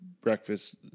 breakfast